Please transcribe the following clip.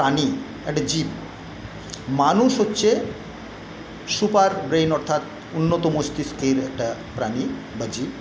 প্রাণী একটা জীব মানুষ হচ্ছে সুপার ব্রেন অর্থাৎ উন্নত মস্তিষ্কের একটা প্রাণী বা জীব